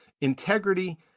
integrity